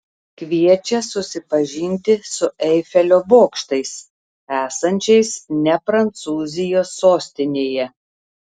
kviečia susipažinti su eifelio bokštais esančiais ne prancūzijos sostinėje